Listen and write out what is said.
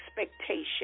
expectation